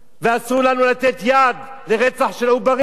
אסור לנו לתת יד לרצח של עוברים.